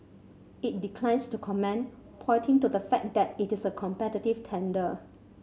it declined to comment pointing to the fact that it is a competitive tender